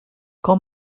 quand